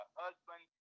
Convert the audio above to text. husband